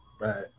Right